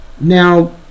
now